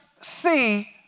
see